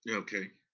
yeah okay,